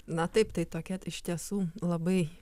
na taip tai tokia iš tiesų labai